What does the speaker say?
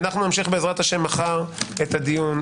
נמשיך בעז"ה מחר את הדיון.